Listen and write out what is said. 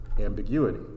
ambiguity